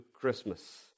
Christmas